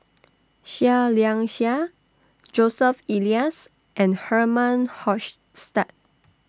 Seah Liang Seah Joseph Elias and Herman Hochstadt